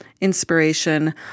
inspiration